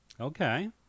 Okay